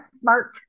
smart